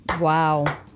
Wow